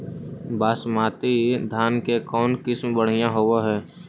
बासमती धान के कौन किसम बँढ़िया होब है?